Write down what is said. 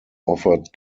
offered